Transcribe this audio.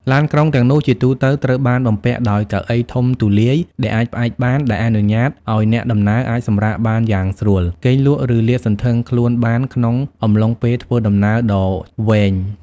ឡានក្រុងទាំងនោះជាទូទៅត្រូវបានបំពាក់ដោយ កៅអីធំទូលាយដែលអាចផ្អែកបាន ដែលអនុញ្ញាតឱ្យអ្នកដំណើរអាចសម្រាកបានយ៉ាងស្រួល គេងលក់ ឬលាតសន្ធឹងខ្លួនបានក្នុងអំឡុងពេលធ្វើដំណើរដ៏វែង។